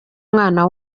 umwana